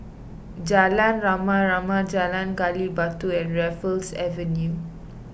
Jalan Rama Rama Jalan Gali Batu and Raffles Avenue